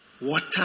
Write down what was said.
Water